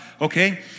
Okay